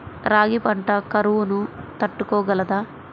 రాగి పంట కరువును తట్టుకోగలదా?